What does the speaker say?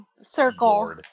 circle